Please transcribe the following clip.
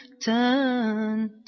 turn